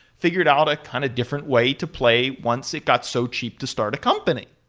figured out a kind of different way to play once it got so cheap to start a company.